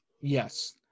Yes